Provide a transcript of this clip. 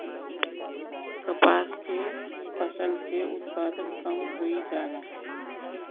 कपास के फसल के उत्पादन कम होइ जाला?